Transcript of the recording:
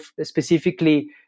specifically